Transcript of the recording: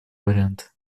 вариант